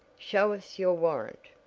show us your warrant!